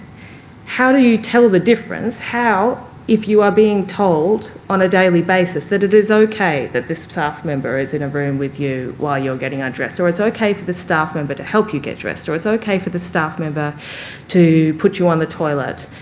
how do you tell the difference how, if you are being told on a daily basis that it is okay that this staff member is in a room with you while you're getting undressed or it's okay for the staff member to help you get dressed, or it's okay for the staff member to put you on the toilet,